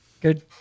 Good